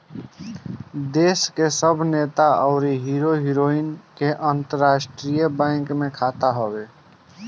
देस के सब नेता अउरी हीरो हीरोइन के अंतरराष्ट्रीय बैंक में खाता होत हअ